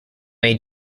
may